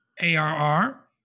ARR